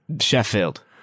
Sheffield